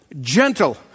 gentle